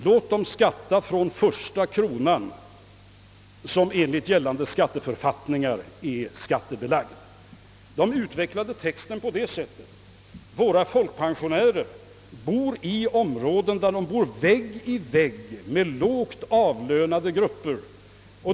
Låt dem skatta från första kronan som enligt gällande skatteförfattningar är skattebelagd!» De utvecklade texten på följande sätt: » Våra folkpensionärer bor vägg i vägg med lågt avlönade grupper.